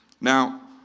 Now